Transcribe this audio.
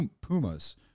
pumas